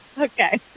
Okay